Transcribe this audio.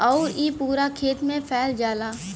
आउर इ पूरा खेत मे फैल जाला